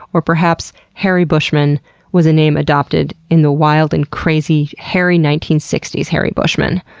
or perhaps harry buschman was a name adopted in the wild and crazy hairy nineteen sixty s, harry buschman.